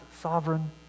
sovereign